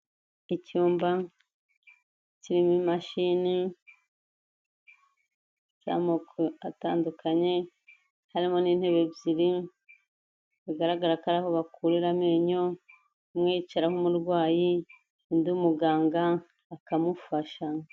Icyumba kirimo imashini z'amoko atandukanye, harimo n'intebe ebyiri bigaragara ko ari aho bakurira amenyo, imwe yicaraho umurwayi, undi umuganga akamufasha.